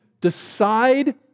decide